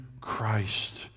christ